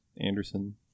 Anderson